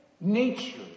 nature